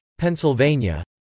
Pennsylvania